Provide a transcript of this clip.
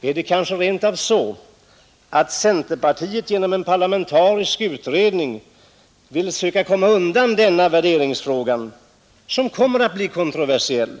Är det kanske rent av så, att centerpartiet genom en parlamentarisk utredning vill söka komma undan denna värderingsfråga, som kommer att bli kontroversiell?